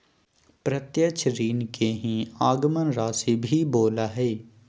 प्रत्यक्ष ऋण के ही आगमन राशी भी बोला हइ